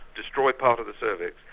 destroy part of the cervix,